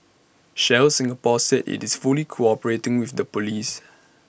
Shell Singapore said IT is fully cooperating with the Police